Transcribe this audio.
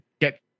get